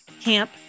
Camp